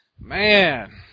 Man